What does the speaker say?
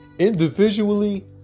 individually